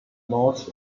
north